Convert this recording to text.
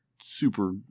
super